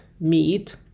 meat